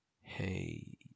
hey